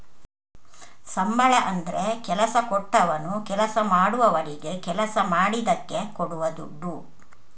ಸಂಬಳ ಅಂದ್ರೆ ಕೆಲಸ ಕೊಟ್ಟವನು ಕೆಲಸ ಮಾಡುವವನಿಗೆ ಕೆಲಸ ಮಾಡಿದ್ದಕ್ಕೆ ಕೊಡುವ ದುಡ್ಡು